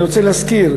אני רוצה להזכיר,